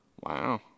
Wow